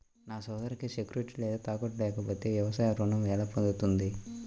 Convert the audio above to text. నా సోదరికి సెక్యూరిటీ లేదా తాకట్టు లేకపోతే వ్యవసాయ రుణం ఎలా పొందుతుంది?